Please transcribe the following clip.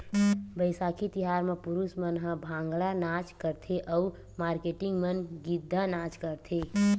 बइसाखी तिहार म पुरूस मन ह भांगड़ा नाच करथे अउ मारकेटिंग मन गिद्दा नाच करथे